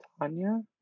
Tanya